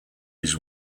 his